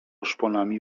szponami